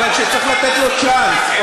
אבל שצריך לתת לו צ'אנס.